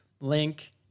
link